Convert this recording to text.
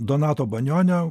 donato banionio